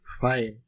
fine